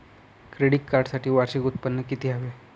Credit कार्डसाठी वार्षिक उत्त्पन्न किती हवे?